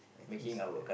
I think it's like that